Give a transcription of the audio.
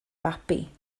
babi